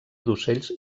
d’ocells